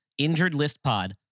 InjuredListPod